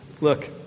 Look